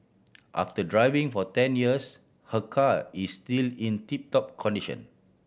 after driving for ten years her car is still in tip top condition